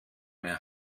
mehr